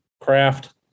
craft